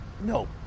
No